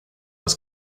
was